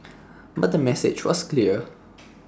but the message was clear